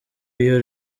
iyo